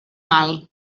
mal